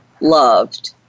loved